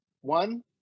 One